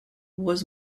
was